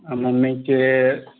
आ मम्मी के